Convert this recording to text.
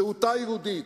זהותה יהודית,